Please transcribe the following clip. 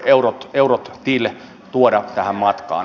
euro eurot till tuoda tähän matkaan